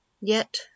Yet—